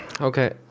Okay